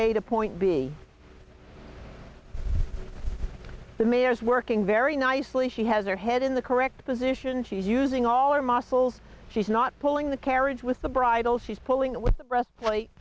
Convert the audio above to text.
a to point b the mayor is working very nicely she has her head in the correct position she's using all their muscles she's not pulling the carriage with the bridle she's pulling with the rest